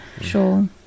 Sure